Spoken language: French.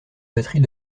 batterie